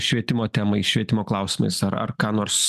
švietimo temai švietimo klausimais ar ar ką nors